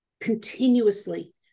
continuously